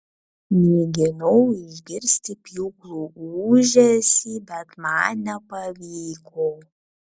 mėginau išgirsti pjūklų ūžesį bet man nepavyko